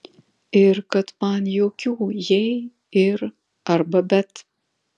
ir kad man jokių jei ir arba bet